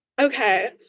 Okay